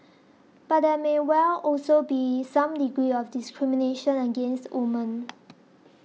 but there may well also be some degree of discrimination against women